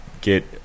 get